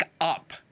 up